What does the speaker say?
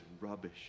rubbish